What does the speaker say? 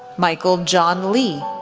michael john lee,